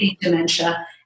dementia